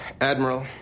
Admiral